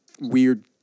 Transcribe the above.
weird